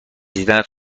دیدنت